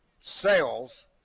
sales